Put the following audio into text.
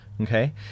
okay